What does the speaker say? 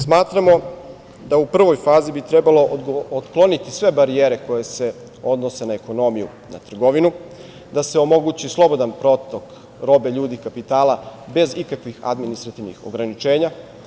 Smatramo da u prvoj fazi bi trebalo otkloniti sve barijere koje se odnose na ekonomiju, na trgovinu, da se omogući slobodan protok robe, ljudi, kapitala, bez ikakvih administrativnih ograničenja.